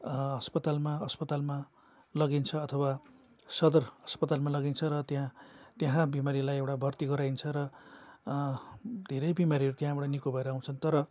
अस्पतालमा अस्पतालमा लगिन्छ अथवा सदर अस्पतालमा लगिन्छ र त्यहाँ त्यहाँ बिमारीलाई एउटा भर्ती गराइन्छ र धेरै बिमारीहरू त्यहाँबाट निको भएर आउँछन् तर